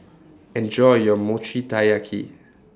Enjoy your Mochi Taiyaki